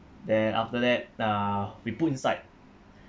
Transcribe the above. then after that uh we put inside